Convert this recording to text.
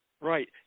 Right